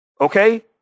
Okay